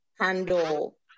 handle